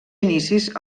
inicis